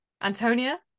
antonia